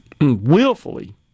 willfully